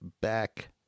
back